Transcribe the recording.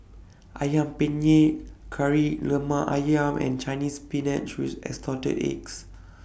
Ayam Penyet Kari Lemak Ayam and Chinese Spinach with Assorted Eggs